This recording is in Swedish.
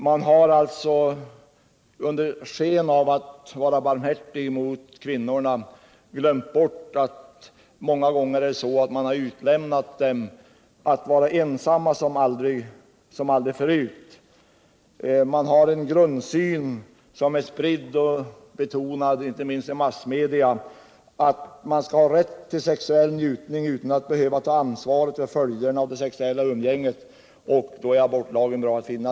Man har under sken av att vara barmhärtig mot kvinnorna glömt bort att det många gånger är så att de utlämnas till ensamhet som aldrig förr. Man har en grundsyn, som är spridd och betonad inte minst i massmedia, att man skall ha rätt till sexuell njutning utan att behöva ta ansvaret för följderna av det sexuella umgänget; därför är abortlagen bra att ha.